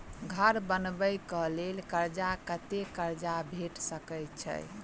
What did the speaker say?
घर बनबे कऽ लेल कर्जा कत्ते कर्जा भेट सकय छई?